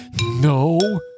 No